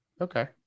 Okay